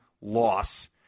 loss